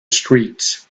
streets